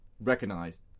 recognized